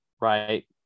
right